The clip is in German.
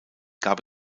gab